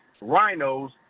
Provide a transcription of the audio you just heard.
rhinos